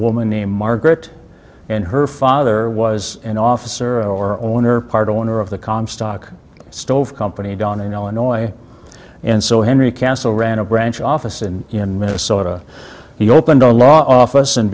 woman named margaret and her father was an officer or owner part owner of the comstock stove company dawning illinois and so henry castle ran a branch office and in minnesota he opened a law office and